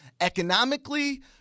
economically